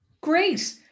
Great